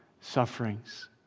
sufferings